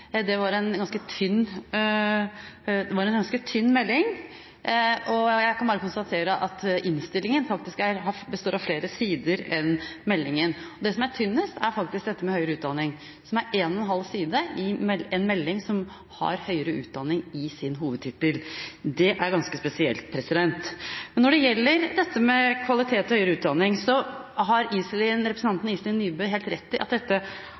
Det var en ganske tynn melding, og jeg kan bare konstatere at innstillingen faktisk består av flere sider enn meldingen. Den delen som er tynnest, er den som omhandler høyere utdanning. Den er på én og en halv side i en melding som har «høyere utdanning» i sin hovedtittel. Det er ganske spesielt. Når det gjelder dette med kvalitet i høyere utdanning, har representanten Iselin Nybø helt rett i at